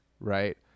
right